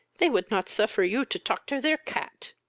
they would not suffer you to toctor their cat!